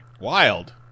Wild